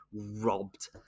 robbed